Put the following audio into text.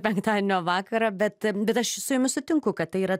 penktadienio vakarą bet bet aš su jumis sutinku kad tai yra